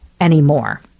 anymore